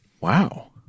Wow